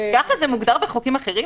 ככה זה מוגדר בחוקים אחרים?